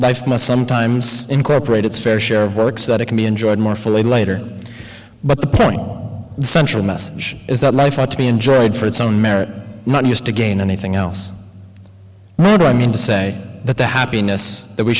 life must sometimes incorporate its fair share of works that it can be enjoyed more fully later but the point the central message is that life ought to be enjoyed for its own merit not just to gain anything else i mean to say that the happiness that we